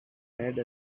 made